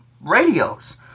radios